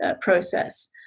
process